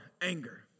Anger